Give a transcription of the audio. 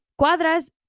Cuadras